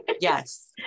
Yes